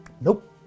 Nope